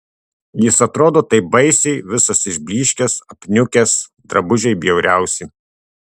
jis atrodo taip baisiai visas išblyškęs apniukęs drabužiai bjauriausi